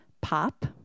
pop